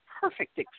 perfect